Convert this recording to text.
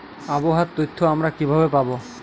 আবহাওয়ার তথ্য আমরা কিভাবে পাব?